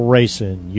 Racing